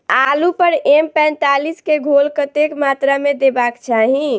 आलु पर एम पैंतालीस केँ घोल कतेक मात्रा मे देबाक चाहि?